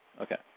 Okay